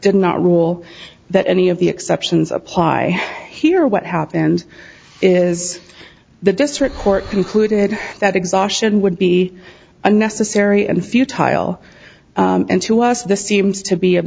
did not rule that any of the exceptions apply here what happened is the district court concluded that exhaustion would be unnecessary and few tile and to us this seems to be a